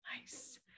Nice